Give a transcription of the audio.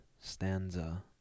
stanza